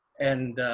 and